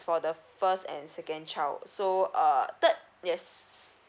for the first and second child so uh third yes